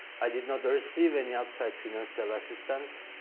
i did not receive any outside financial assistance,